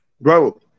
Bro